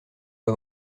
vas